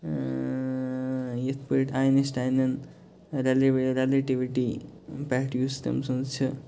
ٲں یِتھ پٲٹھۍ آیِنَسٹایِنَن رِیٚلِوِ رَیٚلِٹِوٹی پٮ۪ٹھ یُس تٔمۍ سٕنٛز چھِ